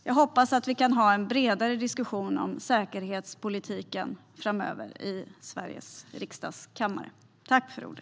Jag hoppas att vi kan ha en bredare diskussion om säkerhetspolitiken framöver i Sveriges riksdags kammare.